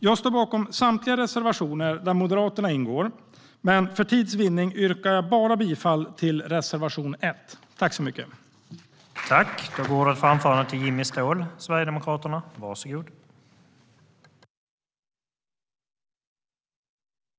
Jag står bakom samtliga reservationer där Moderaterna ingår, men för tids vinnande yrkar jag bifall bara till reservation 1.